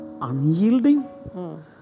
unyielding